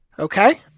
Okay